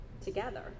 together